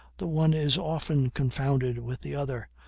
the one is often confounded with the other,